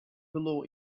below